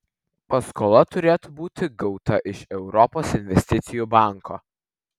paskola turėtų būti gauta iš europos investicijų banko